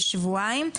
כשבועיים.